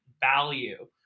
value